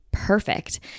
perfect